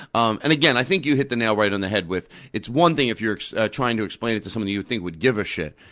um and again, i think you hit the nail right on the head with it's one thing if you're trying to explain it to somebody you think would give a shit.